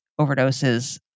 overdoses